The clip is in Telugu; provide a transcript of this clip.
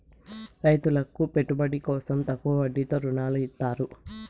రైతులకు పెట్టుబడి కోసం తక్కువ వడ్డీతో ఋణాలు ఇత్తారు